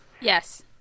Yes